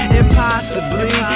impossibly